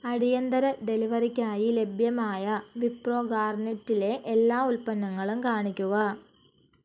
അടിയന്തര ഡെലിവറിക്കായി ലഭ്യമായ വിപ്രോ ഗാർനെറ്റ് ലെ എല്ലാ ഉൽപ്പന്നങ്ങളും കാണിക്കുക